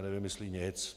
Nevymyslí nic.